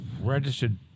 registered